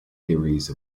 theories